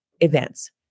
events